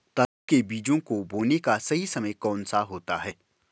तरबूज के बीजों को बोने का सही समय कौनसा होता है?